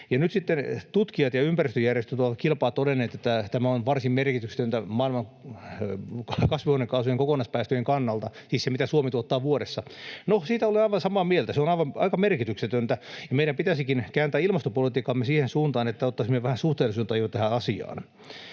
tutkijat ja ympäristöjärjestöt ovat kilpaa todenneet, että tämä on varsin merkityksetöntä maailman kasvihuonekaasujen kokonaispäästöjen kannalta — siis se, mitä Suomi tuottaa vuodessa. No, siitä olen aivan samaa mieltä, se on aika merkityksetöntä, ja meidän pitäisikin kääntää ilmastopolitiikkaamme siihen suuntaan, että ottaisimme vähän suhteellisuudentajua tähän asiaan.